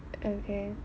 okay